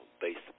based